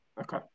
Okay